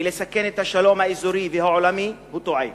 ולסכן את השלום האזורי והעולמי, הוא טועה.